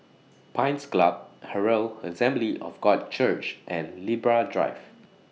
Pines Club Herald Assembly of God Church and Libra Drive